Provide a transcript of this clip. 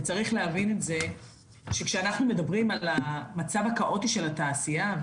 וצריך להבין את זה שכשאנחנו מדברים על המצב הכאוטי של התעשייה,